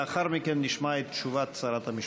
לאחר מכן נשמע את תשובת שרת המשפטים.